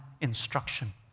instruction